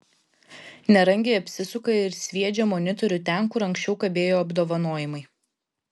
nerangiai apsisuka ir sviedžią monitorių ten kur anksčiau kabėjo apdovanojimai